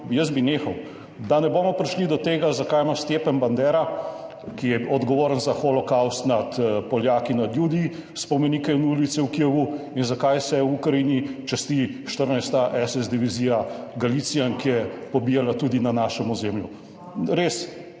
jaz bi nehal, da ne bomo prišli do tega, zakaj ima Stjepan Bandera, ki je odgovoren za holokavst nad Poljaki, nad Judi, spomenike in ulice v Kijevu in zakaj se v Ukrajini časti 14. SS divizija Galician in ki je pobijala tudi na našem ozemlju. Res,